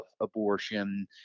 abortion